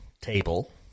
table